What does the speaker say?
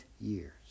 years